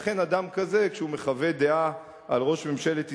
לכן, כשאדם כזה מחווה דעה על ראש ממשלת ישראל,